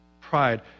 Pride